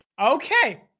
okay